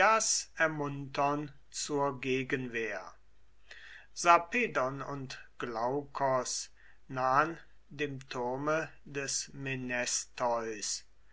ermuntern zur gegenwehr sarpedon und glaukos nahn dem turme des